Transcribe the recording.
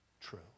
true